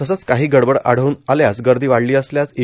तसंच काही गडबड आढळून आल्यास गर्दी वाढली असल्यास ई